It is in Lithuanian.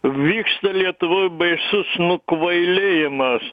vyksta lietuvoj baisus nukvailėjimas